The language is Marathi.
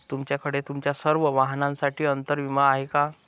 तुमच्याकडे तुमच्या सर्व वाहनांसाठी अंतर विमा आहे का